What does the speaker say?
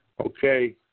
okay